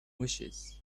wishes